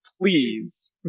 Please